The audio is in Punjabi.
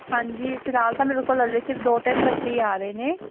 ਹਾਂਜੀ ਫਿਲਹਾਲ ਤਾਂ ਮੇਰੇ ਕੋਲ ਅਜੇ ਸਿਰਫ ਦੋ ਤਿੰਨ ਬੱਚੇ ਹੀ ਆ ਰਹੇ ਨੇ